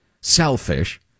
selfish